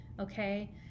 okay